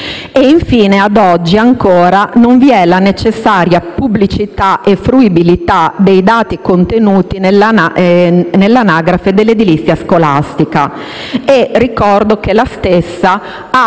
Infine, ad oggi ancora non vi è la necessaria pubblicità e fruibilità dei dati contenuti nell'anagrafe dell'edilizia scolastica e ricordo che la stessa ha